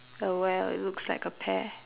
uh well it looks like a pear